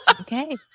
Okay